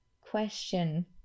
question